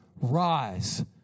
rise